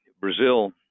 Brazil